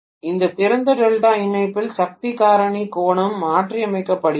இந்த திறந்த டெல்டா இணைப்பில் சக்தி காரணி கோணம் மாற்றியமைக்கப்பட்டுள்ளது